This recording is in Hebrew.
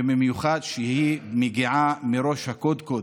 ובמיוחד כשהיא מגיעה מראש הקודקוד,